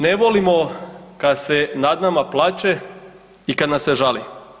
Ne volimo kad se nad nama plače i kad nas se žali.